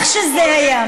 בטח שזה היה.